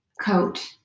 coat